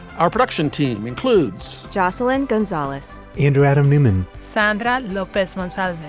our production team includes jocelyn gonzalez into adam nimon. sandra lopez onesided.